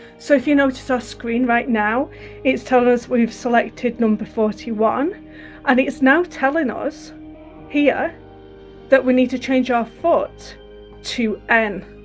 so if you notice our screen right now it's telling us we've selected number forty one i think it's now telling us here that we need to change our foot to n